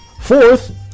Fourth